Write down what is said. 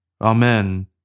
Amen